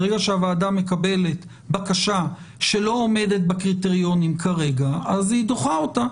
ברגע שהוועדה מקבלת בקשה שלא עומדת בקריטריונים כרגע אז היא דוחה אותה.